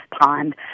Pond